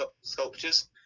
sculptures